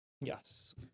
Yes